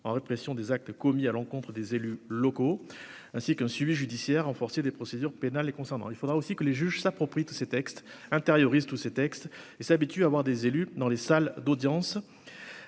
répression des actes commis à l'encontre des élus locaux, ainsi qu'un suivi judiciaire, renforcer des procédures pénales et concernant, il faudra aussi que les juges s'approprient tous ces textes intériorise tous ces textes et s'habitue à avoir des élus dans les salles d'audience